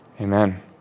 amen